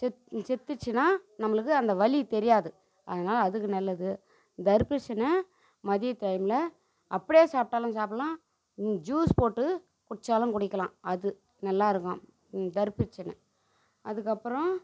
செத்து செத்துடுச்சினா நம்மளுக்கு அந்த வலி தெரியாது அதனால் அதுக்கு நல்லது தர்பூசணி மதியம் டைமில் அப்படியே சாப்பிட்டாலும் சாப்பிட்லாம் ஜூஸ் போட்டு குடித்தாலும் குடிக்கலாம் அது நல்லா இருக்கும் தர்பூசணி அதுக்கப்புறம்